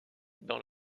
dans